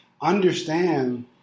understand